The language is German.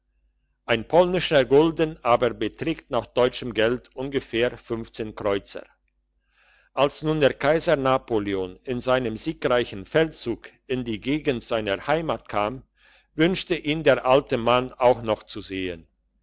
ein polnischer gulden aber beträgt nach deutschem geld ungefähr kr als nun kaiser napoleon in seinem siegreichen feldzug in die gegend seiner heimat kam wünschte ihn der alte mann auch noch zu sehen